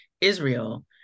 Israel